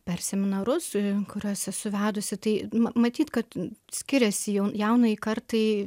per seminarus kuriuos esu vedusi tai matyt kad skiriasi jau jaunajai kartai